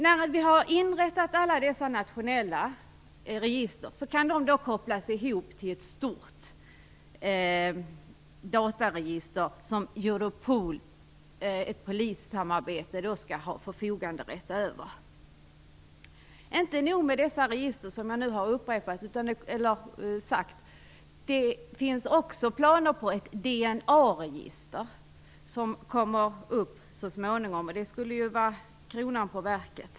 När vi har inrättat alla dessa nationella register kan de då kopplas ihop med ett stort dataregister som Europol skall ha förfoganderätt över. Det är inte nog med dessa register, det finns också planer på ett DNA-register, och det skulle ju vara kronan på verket.